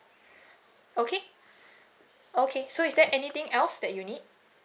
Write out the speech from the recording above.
okay okay so is there anything else that you need